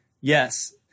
Yes